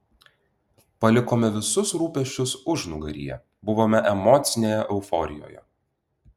palikome visus rūpesčius užnugaryje buvome emocinėje euforijoje